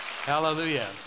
Hallelujah